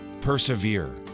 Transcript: Persevere